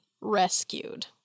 rescued